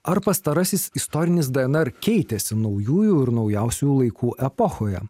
ar pastarasis istorinis dnr keitėsi naujųjų ir naujausiųjų laikų epochoje